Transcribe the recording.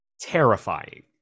terrifying